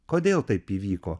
kodėl taip įvyko